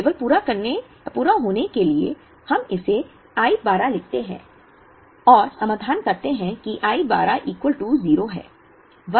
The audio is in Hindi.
केवल पूरा होने के लिए हम इसे I 12 लिखते हैं और समाधान कहते हैं कि I 12 0 है